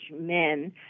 men